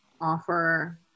offer